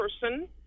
person